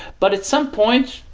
but at some point,